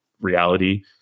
reality